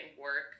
work